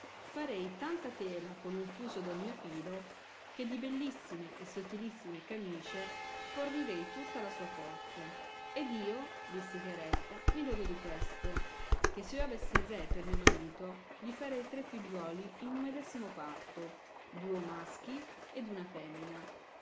farei tanta tela con un fuso del mio filo che di bellissime e sottilissime camiscie fornirei tutta la sua corte ed io disse chiaretta mi lodo di questo che se io avessi il re per mio marito gli farei tre figliuoli in un medesimo parto duo maschi ed una femina